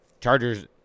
Chargers